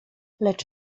lecz